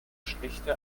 schlichte